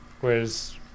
Whereas